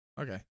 okay